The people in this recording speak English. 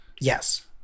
Yes